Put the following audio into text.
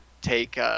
take